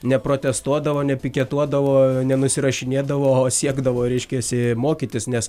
neprotestuodavo nepiketuodavo nenusirašinėdavo o siekdavo reiškiasi mokytis nes